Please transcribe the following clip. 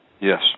Yes